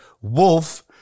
WOLF